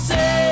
Say